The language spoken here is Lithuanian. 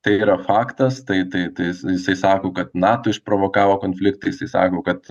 tai yra faktas tai tai tai jis jisai sako kad nato išprovokavo konfliktą jisai sako kad